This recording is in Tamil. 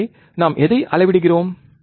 எனவே நாம் எதை அளவிடுகிறோம்